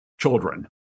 children